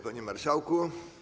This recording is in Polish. Panie Marszałku!